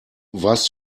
warst